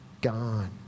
gone